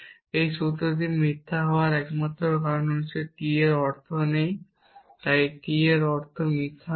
এই সূত্রটি মিথ্যা হওয়ার একমাত্র কারণ হল T এর অর্থ নেই তাই T এর অর্থ মিথ্যা নয়